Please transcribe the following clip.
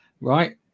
right